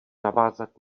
navázat